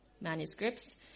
manuscripts